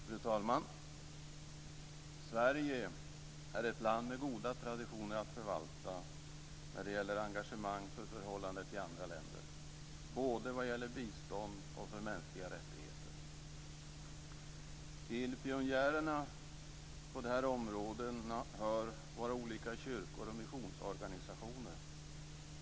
Fru talman! Sverige är ett land med goda traditioner att förvalta när det gäller engagemang för förhållandet i andra länder, vad gäller både bistånd och mänskliga rättigheter. Till pionjärerna på detta område hör våra olika kyrkor och missionsorganisationer.